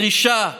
דרישה שלהם.